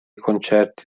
concerti